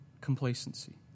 complacency